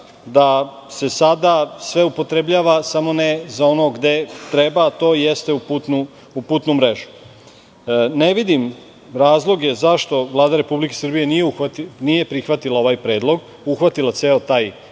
da se sada sve upotrebljava, samo ne za ono gde treba, to jeste u putnu mrežu. Ne vidim razloga zašto Vlada Republike Srbije nije prihvatila ovaj predlog, uhvatila ceo taj period.